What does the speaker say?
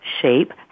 shape